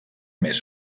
més